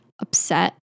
upset